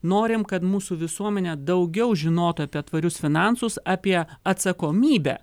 norim kad mūsų visuomenė daugiau žinotų apie tvarius finansus apie atsakomybę